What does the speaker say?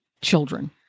children